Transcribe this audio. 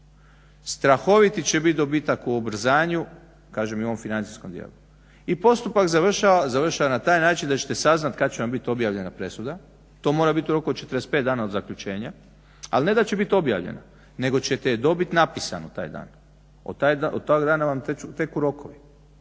Strahoviti će bit dobitak u ubrzanju, kažem i u ovom financijskom dijelu i postupak završava na taj način da ćete saznati kad će vam bit objavljena presuda. To mora biti u roku od 45 dana od zaključenja. Ali ne da će bit objavljena, nego ćete je dobit napisanu taj dan. Od tog dana vam teku rokovi,